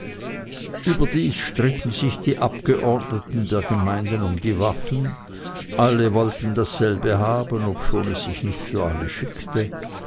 überdies stritten sich die abgeordneten der gemeinden um die waffen alle wollten dasselbe haben obschon es nicht für alle sich schickte